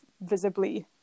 visibly